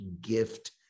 gift